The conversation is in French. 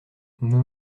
nous